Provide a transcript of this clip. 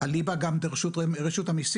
אליבא גם דרשות המיסים,